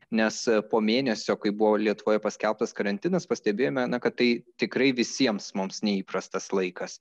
nes po mėnesio kai buvo lietuvoje paskelbtas karantinas pastebėjome na kad tai tikrai visiems mums neįprastas laikas